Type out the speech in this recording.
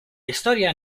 historia